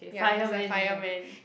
ya he's a fireman